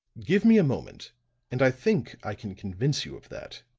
give me a moment and i think i can convince you of that.